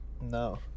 No